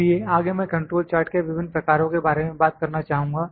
इसलिए आगे मैं कंट्रोल चार्ट् के विभिन्न प्रकारों के बारे में बात करना चाहूँगा